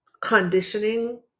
conditioning